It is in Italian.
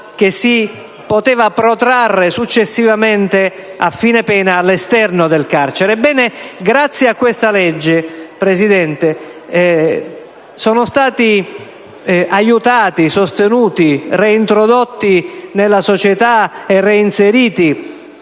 si poteva protrarre all'esterno del carcere. Ebbene, grazie a questa legge, Presidente, sono stati aiutati, sostenuti, reintrodotti nella società, reinseriti